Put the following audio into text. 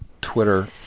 Twitter –